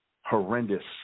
horrendous